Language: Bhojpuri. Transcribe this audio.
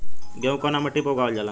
गेहूं कवना मिट्टी पर उगावल जाला?